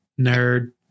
Nerd